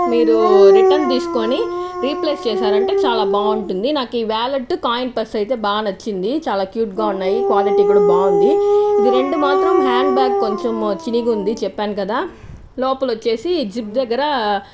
మీరు రిటర్న్ తీసుకుని రీప్లేస్ చేసారంటే చాలా బాగుంటుంది నాకు ఈ వ్యాలెట్ కాయిన్ పర్స్ అయితే బాగా నచ్చింది చాలా క్యూట్ గా ఉన్నాయి క్వాలిటీ కూడా బాగుంది ఇది రెండు మాత్రం హ్యాండ్ బ్యాగ్ కొంచెం చిరిగుంది చెప్పాను కదా లోపలొచ్చేసి జిప్ దగ్గరా